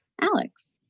Alex